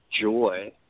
joy